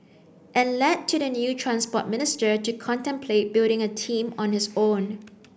and led to the new Transport Minister to contemplate building a team on his own